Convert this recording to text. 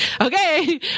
okay